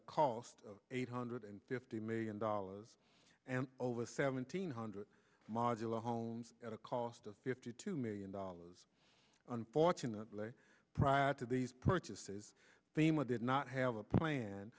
a cost of eight hundred fifty million dollars and over seventeen hundred modular homes at a cost of fifty two million dollars unfortunately prior to these purchases thema did not have a plan